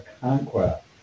conquest